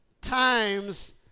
times